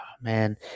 man